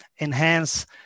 enhance